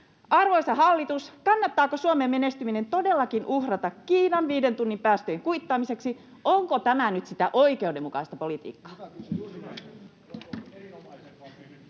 Arvoisa hallitus, kannattaako Suomen menestyminen todellakin uhrata Kiinan viiden tunnin päästöjen kuittaamiseksi? Onko tämä nyt sitä oikeudenmukaista politiikkaa?